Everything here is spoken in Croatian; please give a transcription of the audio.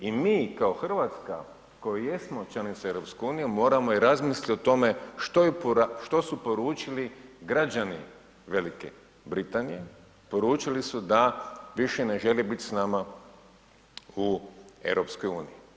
I mi kao Hrvatska koji jesmo članica EU moramo razmisliti o tome što su poručili građani Velika Britanije, poručili su da više ne žele biti s nama u EU.